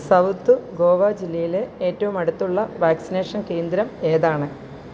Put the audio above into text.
south Goa ജില്ലയിലെ ഏറ്റവും അടുത്തുള്ള വാക്സിനേഷൻ കേന്ദ്രം ഏതാണ്